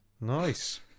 Nice